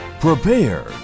Prepare